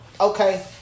Okay